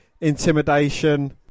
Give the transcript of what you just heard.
intimidation